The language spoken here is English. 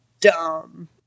dumb